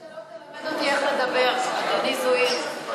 אני מבקשת שלא תלמד אותי איך לדבר, אדוני, זוהיר.